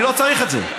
אני לא צריך את זה.